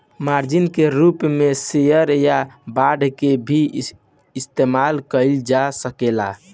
margin के रूप में शेयर या बांड के भी इस्तमाल कईल जा सकेला